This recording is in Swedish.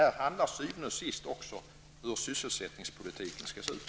Detta handlar till syvende och sist om hur sysselsättningspolitiken skall se ut.